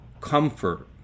comfort